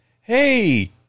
Hey